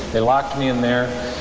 they locked me in there,